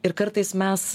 ir kartais mes